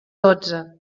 dotze